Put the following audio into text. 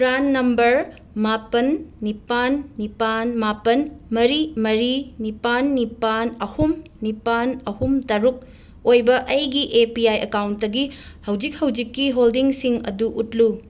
PRAN number ꯃꯥꯄꯟ ꯅꯤꯄꯥꯟ ꯅꯤꯄꯥꯟ ꯃꯥꯄꯟ ꯃꯔꯤ ꯃꯔꯤ ꯅꯤꯄꯥꯟ ꯅꯤꯄꯥꯟ ꯑꯍꯨꯝ ꯅꯤꯄꯥꯟ ꯑꯍꯨꯝ ꯇꯔꯨꯛ ꯑꯣꯏꯕ ꯑꯩꯒꯤ ꯑꯦ ꯄꯤ ꯑꯥꯏ ꯑꯦꯀꯥꯎꯟꯇꯒꯤ ꯍꯧꯖꯤꯛ ꯍꯧꯖꯤꯛꯀꯤ ꯍꯣꯜꯗꯤꯡꯁꯤꯡ ꯑꯗꯨ ꯎꯠꯂꯨ